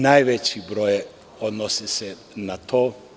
Najveći broj odnosi se na to.